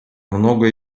многое